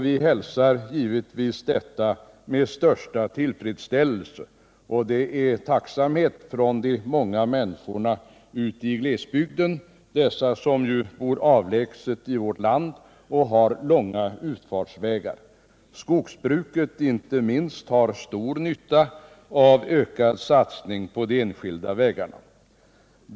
Vi hälsar givetvis detta med största tillfredsställelse. De många människorna ute i glesbygden som har långa utfartsvägar är tacksamma över detta. Inte minst skogsbruket har stor nytta av ökad satsning på de enskilda vägarna.